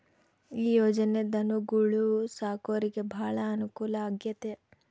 ಈ ಯೊಜನೆ ಧನುಗೊಳು ಸಾಕೊರಿಗೆ ಬಾಳ ಅನುಕೂಲ ಆಗ್ಯತೆ